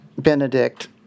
Benedict